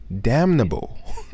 damnable